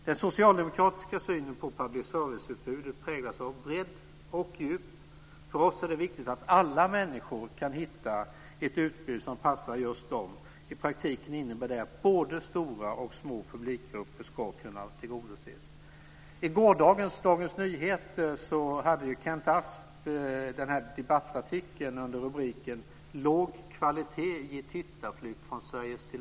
Den socialdemokratiska synen på public serviceutbudet präglas av bredd och djup. För oss är det viktigt att alla människor kan hitta ett utbud som passar just dem. I praktiken innebär detta att både små och stora publikgrupper ska kunna tillgodoses. I gårdagens Dagens Nyheter hade Kent Asp en debattartikel under rubriken "Låg kvalitet ger tittarflykt från SVT".